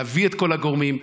להביא את כל הגורמים,